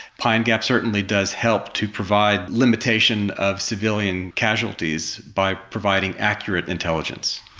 pine gap certainly does help to provide limitation of civilian casualties by providing accurate intelligence.